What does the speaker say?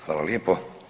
Hvala lijepo.